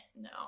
No